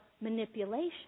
manipulation